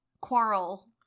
Quarrel